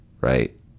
right